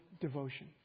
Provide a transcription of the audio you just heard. devotion